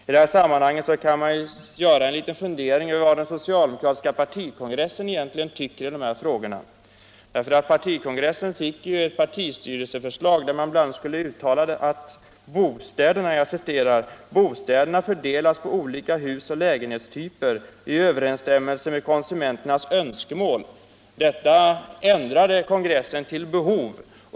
I det här sammanhanget kan man fundera över vad den socialdemokratiska partikongressen egentligen tycker i de här frågorna. Partikongressen fick ett partistyrelseförslag, där man bl.a. uttalande: ”Bostäderna skall fördelas på olika hus och lägenhetstyper i överensstämmelse med konsumenternas önskemål.” Det sista ordet ändrade kongressen till ”behov”.